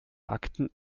akten